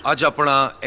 ah jhabbar.